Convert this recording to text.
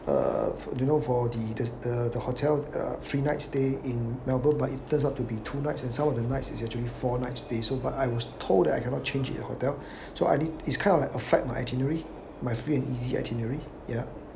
uh you know for the the the hotel uh three night stay in melbourne but it turns out to be two nights and some of the night is actually four nights stay so but I was told that I cannot change in the hotel so I need is kind of like affect my itinerary my free and easy itinerary ya